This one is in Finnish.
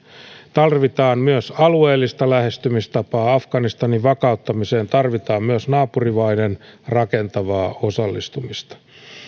tarvitaan myös alueellista lähestymistapaa afganistanin vakauttamiseen tarvitaan myös naapurimaiden rakentavaa osallistumista